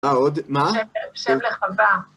מה עוד? מה? - שם לחווה.